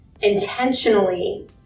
intentionally